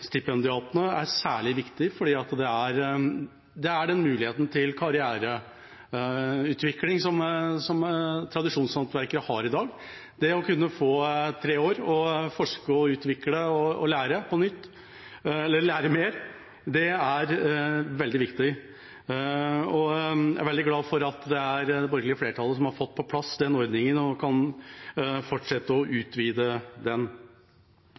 er særlig viktige fordi det er den muligheten til karriereutvikling som tradisjonshåndverkere har i dag. Det å kunne få tre år til å forske, utvikle og lære mer er veldig viktig. Jeg er veldig glad for at det er det borgerlige flertallet som har fått på plass den ordningen og kan fortsette å utvide den.